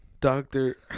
Doctor